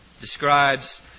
Describes